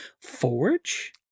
forge